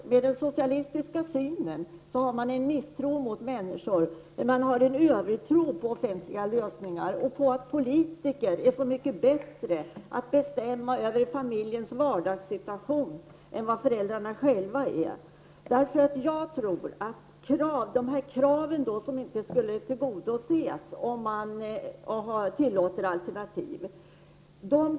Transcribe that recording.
Den socialistiska synen utgår från en misstro mot människor, men en övertro på offentliga lösningar och på att politiker är så mycket bättre på att bestämma över familjens vardagssituation än föräldrarna själva är. Det talas om krav som inte skulle tillgodoses om man tillåter alternativ.